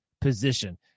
position